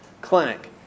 clinic